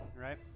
right